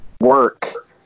work